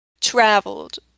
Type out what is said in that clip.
traveled